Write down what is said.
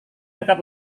dekat